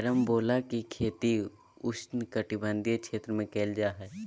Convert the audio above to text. carambola के खेती उष्णकटिबंधीय क्षेत्र में करल जा हय